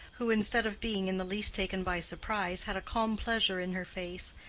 who, instead of being in the least taken by surprise, had a calm pleasure in her face.